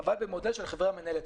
אבל במודל של חברה מנהלת,